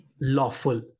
lawful